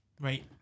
right